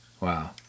Wow